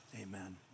Amen